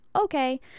okay